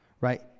right